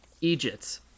Egypt